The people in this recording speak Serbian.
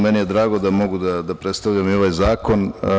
Meni je drago da mogu da predstavljam ovaj zakon.